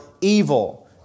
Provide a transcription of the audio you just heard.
evil